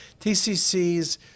TCCs